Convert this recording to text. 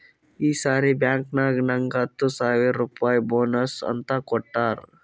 ಈ ಸರಿ ಬ್ಯಾಂಕ್ನಾಗ್ ನಂಗ್ ಹತ್ತ ಸಾವಿರ್ ರುಪಾಯಿ ಬೋನಸ್ ಅಂತ್ ಕೊಟ್ಟಾರ್